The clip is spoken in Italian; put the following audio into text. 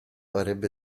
avrebbe